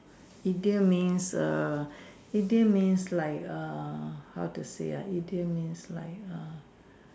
idiom means err idiom means like err how to say ah idiom means like err